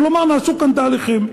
כלומר, נעשו כאן תהליכים.